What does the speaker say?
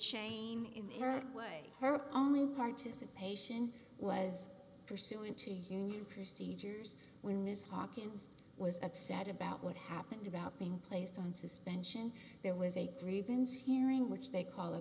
her way her only participation was pursuing two union procedures when ms hawkins was upset about what happened about being placed on suspension there was a grievance hearing which they call a